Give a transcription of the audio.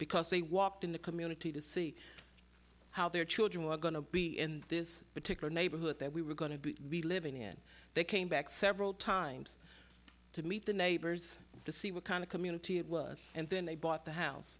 because they walked in the community to see how their children were going to be in this particular neighborhood that we were going to be living in they came back several times to meet the neighbors to see what kind of community it was and then they bought the house